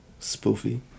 Spoofy